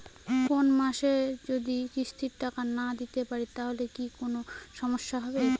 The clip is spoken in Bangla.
কোনমাসে যদি কিস্তির টাকা না দিতে পারি তাহলে কি কোন সমস্যা হবে?